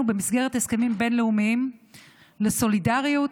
במסגרת הסכמים בין-לאומיים לסולידריות.